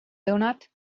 donut